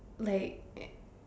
like